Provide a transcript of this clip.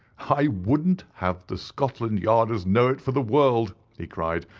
i wouldn't have the scotland yarders know it for the world, he cried,